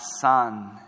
son